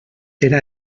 era